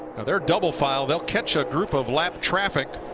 they are double file, they will catch a group of like traffic